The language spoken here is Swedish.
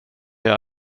jag